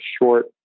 short